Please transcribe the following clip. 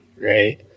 right